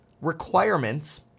requirements